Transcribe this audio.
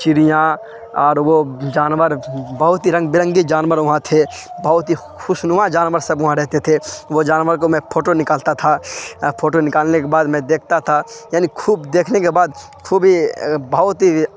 چڑیاں اور وہ جانور بہت ہی رنگ برنگے جانور وہاں تھے بہت ہی خوشنوا جانور سب وہاں رہتے تھے وہ جانور کو میں فوٹو نکالتا تھا فوٹو نکالنے کے بعد میں دیکھتا تھا یعنی خوب دیکھنے کے بعد خوب ہی بہت ہی